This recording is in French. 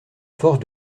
force